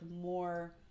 more